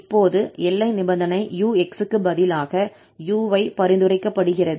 இப்போது எல்லை நிபந்தனை 𝑢𝑥 க்கு பதிலாக u ஐ பரிந்துரைக்கப்படுகிறது